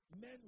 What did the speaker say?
men